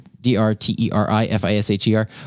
D-R-T-E-R-I-F-I-S-H-E-R